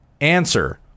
Answer